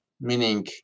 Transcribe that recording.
meaning